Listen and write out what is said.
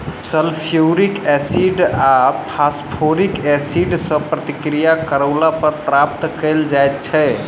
sulphuric acid वा phosphoric acid सॅ प्रतिक्रिया करौला पर प्राप्त कयल जाइत छै